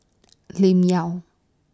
Lim Yau